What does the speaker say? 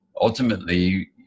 ultimately